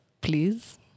please